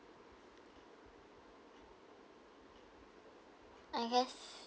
I guess